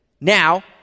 Now